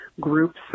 groups